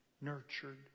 nurtured